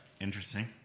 Interesting